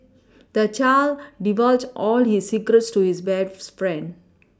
the child divulged all his secrets to his best friend